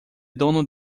dono